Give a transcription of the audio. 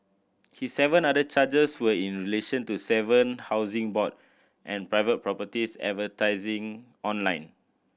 his seven other charges were in relation to seven Housing Board and private properties advertising online